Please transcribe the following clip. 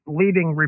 leading